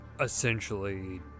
essentially